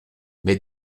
mais